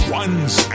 ones